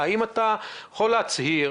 האם אתה יכול להצהיר